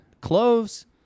Cloves